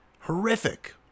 horrific